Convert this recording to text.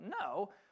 no